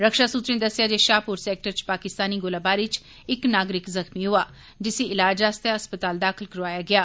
रक्षा सूत्रें दस्सेआ जे शाहपुर सेक्टर च पाकिस्तानी गोलाबारी च इक नागरिक जख्मी होआ जिसी इलाज आस्तै अस्पताल दाखल करोआया गेआ